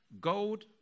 Gold